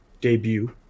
debut